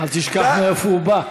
אל תשכח מאיפה הוא בא.